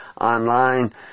online